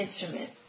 instrument